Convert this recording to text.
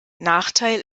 nachteil